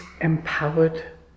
empowered